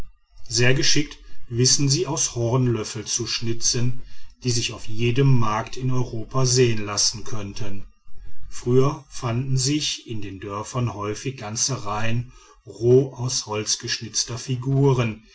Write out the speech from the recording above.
sehr geschickt wissen sie aus horn löffel zu schnitzen die sich auf jedem markt in europa sehen lassen könnten früher fanden sich in den dörfern häufig ganze reihen roh aus holz geschnitzter figuren